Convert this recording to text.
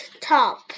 top